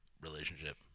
relationship